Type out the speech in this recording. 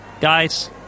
guys